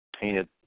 Painted